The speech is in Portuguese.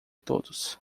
todos